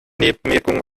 nebenwirkungen